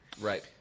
Right